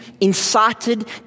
incited